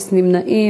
(פיצוי לניזוק מעבירה שהיה קטין בעת ביצועה),